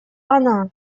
она